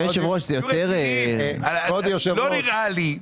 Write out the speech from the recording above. לא נראה לי.